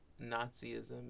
Nazism